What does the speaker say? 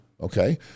Okay